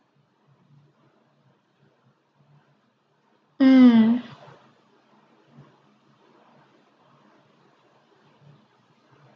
mm